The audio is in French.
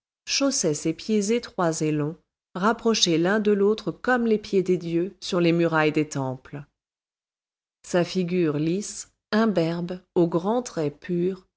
chaussaient ses pieds étroits et longs rapprochés l'un de l'autre comme les pieds des dieux sur les murailles des temples sa figure lisse imberbe aux grands traits purs